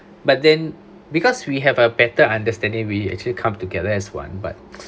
but then because we have a better understanding we actually come together as one but